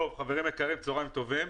חברים יקרים, צוהריים טובים.